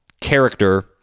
character